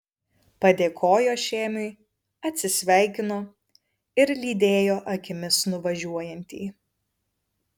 padėkojo šėmiui atsisveikino ir lydėjo akimis nuvažiuojantį